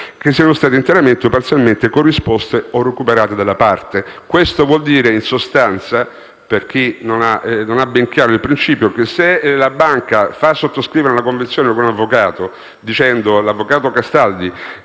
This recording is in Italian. che siano state interamente o parzialmente corrisposte o recuperate dalla parte». Questo vuol dire, in sostanza, per chi non abbia chiaro il principio, che se la banca fa sottoscrivere una convenzione all'avvocato Castaldi